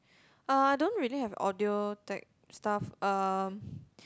uh I don't really have audio tech stuff uh